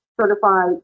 Certified